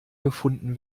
gefunden